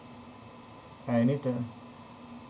I need to